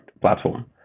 platform